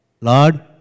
Lord